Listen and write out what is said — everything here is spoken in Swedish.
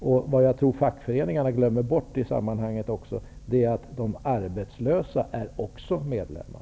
Jag tror att fackföreningarna glömmer bort att också de arbetslösa är medlemmar.